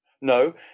No